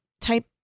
type